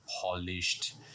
polished